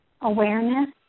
awareness